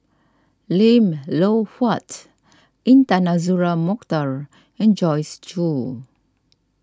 Lim Loh Huat Intan Azura Mokhtar and Joyce Jue